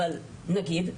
אבל נגיד.